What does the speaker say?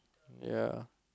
ya